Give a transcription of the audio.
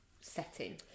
setting